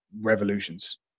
revolutions